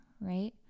right